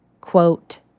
quote